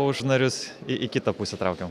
už narius į į kitą traukėm